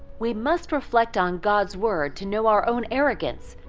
we must reflect on god's word to know our own arrogance,